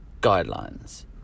guidelines